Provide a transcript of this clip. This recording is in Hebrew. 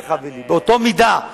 לך ולי באותה מידה.